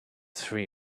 three